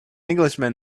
englishman